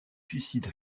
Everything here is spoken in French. suicide